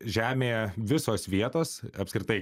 žemėje visos vietos apskritai